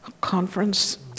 Conference